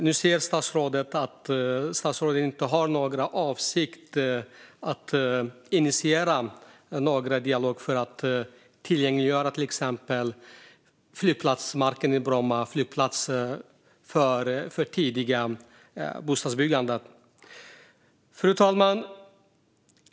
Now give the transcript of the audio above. Nu säger statsrådet att han inte har några avsikter att initiera någon dialog för att till exempel tillgängliggöra flygplatsmarken i Bromma för tidigt bostadsbyggande. Fru talman!